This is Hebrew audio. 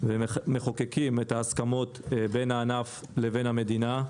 ומחוקקים את ההסכמות בין הענף לבין המדינה.